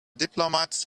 diplomat